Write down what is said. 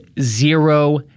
zero